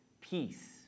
peace